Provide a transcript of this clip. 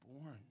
born